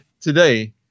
today